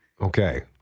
Okay